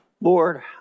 Lord